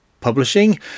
Publishing